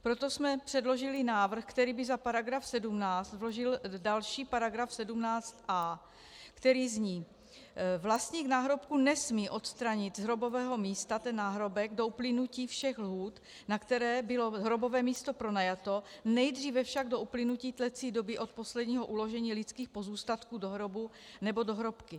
Proto jsme předložili návrh, který by za § 17 vložil další § 17a, který zní: Vlastník náhrobku nesmí odstranit z hrobového místa ten náhrobek do uplynutí všech lhůt, na které bylo hrobové místo pronajato, nejdříve však do uplynutí tlecí doby od posledního uložení lidských pozůstatků do hrobu nebo do hrobky.